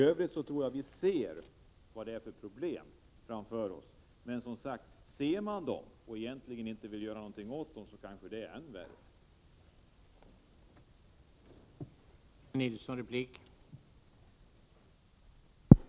Jag tror alltså att vi alla ser vilka problem som ligger framför oss — men att se dem utan att egentligen vilja göra något åt dem är kanske ännu värre än att inte se dem.